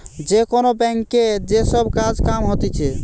যে কোন ব্যাংকে যে সব কাজ কাম হতিছে